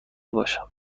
باشم